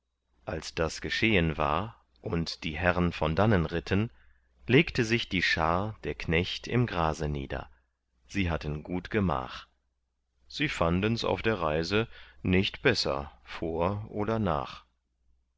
als das geschehen war und die herrn von dannen ritten legte sich die schar der knecht im grase nieder sie hatten gut gemach sie fandens auf der reise nicht besser vor oder nach